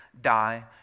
die